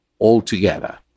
altogether